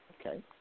Okay